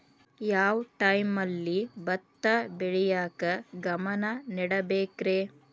ಯಾವ್ ಟೈಮಲ್ಲಿ ಭತ್ತ ಬೆಳಿಯಾಕ ಗಮನ ನೇಡಬೇಕ್ರೇ?